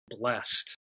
blessed